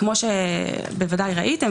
כמו שבוודאי ראיתם,